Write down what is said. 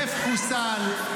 דף חוסל,